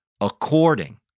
according